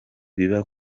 biba